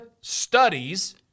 studies